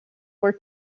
were